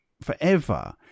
forever